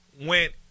Went